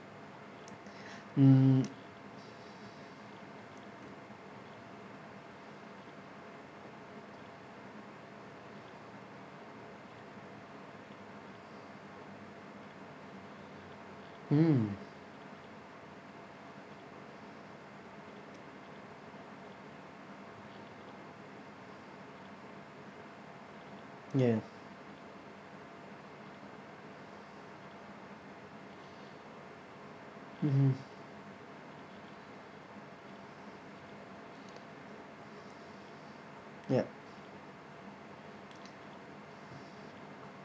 mm mm ya mmhmm yup